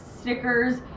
stickers